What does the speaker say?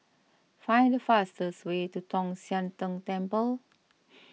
find the fastest way to Tong Sian Tng Temple